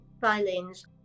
violins